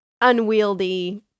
unwieldy